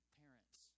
parents